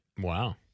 Wow